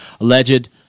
Alleged